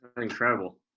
Incredible